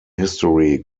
history